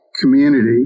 community